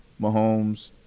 Mahomes